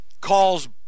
calls